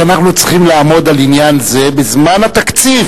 שאנחנו צריכים לעמוד על עניין זה בזמן התקציב.